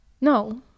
no